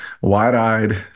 wide-eyed